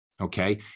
okay